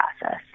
process